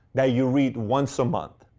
that you read once a month.